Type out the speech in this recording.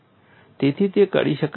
તેથી તે કરી શકાય તેવું છે